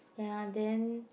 ya then